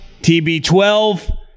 TB12